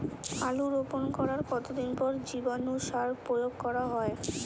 আলু রোপণ করার কতদিন পর জীবাণু সার প্রয়োগ করা হয়?